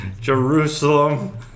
Jerusalem